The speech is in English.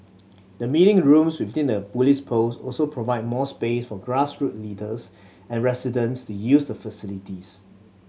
the meeting rooms within the police post also provide more space for grassroots leaders and residents to use the facilities